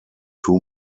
two